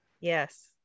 Yes